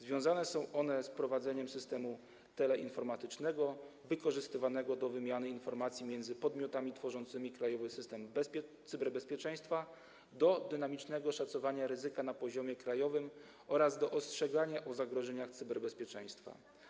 Związane są one z prowadzeniem systemu teleinformatycznego wykorzystywanego do wymiany informacji między podmiotami tworzącymi krajowy system cyberbezpieczeństwa, do dynamicznego szacowania ryzyka na poziomie krajowym oraz do ostrzegania o zagrożeniach cyberbezpieczeństwa.